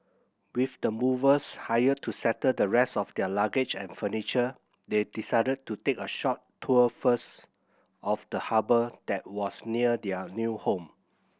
with the movers hired to settle the rest of their luggage and furniture they decided to take a short tour first of the harbour that was near their new home